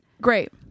Great